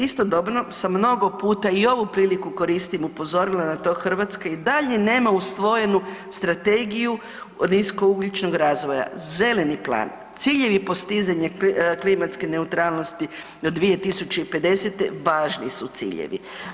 Istodobno sam mnogo puta i ovu priliku koristim upozorila na to Hrvatska i dalje nema usvojenu strategiju niskougljičnog razvoja, zeleni plan, ciljevi postizanja klimatske neutralnosti do 2050. važni su ciljevi.